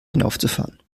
hinaufzufahren